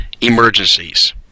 emergencies